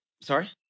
Sorry